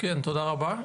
תודה רבה.